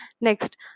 next